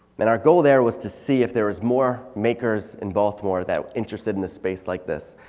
and our goal there was to see if there was more makers in baltimore that were interested in a space like this.